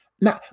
Now